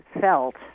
felt